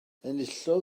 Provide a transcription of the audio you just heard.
enillodd